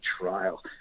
trial